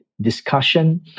discussion